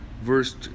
verse